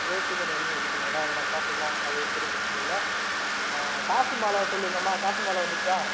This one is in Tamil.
ரேட்டு கொஞ்சம் அதிகமாக போட்டுருக்காங்களா அது நான் பார்த்துக்கலாம் அது ஒரு பெரிய பிரச்சின இல்லை காசு மாலை சொல்லிருந்தேம்மா காசு மாலை வந்துடுச்சா